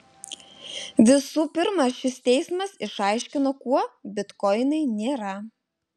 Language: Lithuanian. visų pirma šis teismas išaiškino kuo bitkoinai nėra